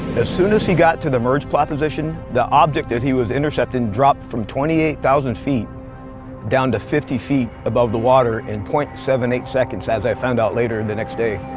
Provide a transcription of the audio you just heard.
as soon as he got to the merge plot position, the object that he was intercepting dropped from twenty eight thousand feet down to fifty feet above the water in zero point seven eight seconds as i found out later the next day.